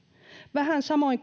vähän samoin